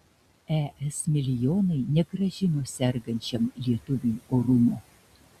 es milijonai negrąžino sergančiam lietuviui orumo